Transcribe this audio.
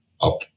up